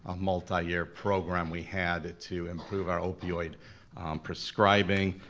ah multi-year program we had to improve our opioid prescribing.